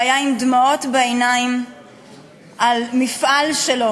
שהיה עם דמעות בעיניים על מפעל שלו,